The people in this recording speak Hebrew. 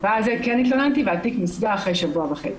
ואז כן התלוננתי והתיק נסגר אחרי שבוע וחצי."